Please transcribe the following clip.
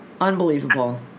Unbelievable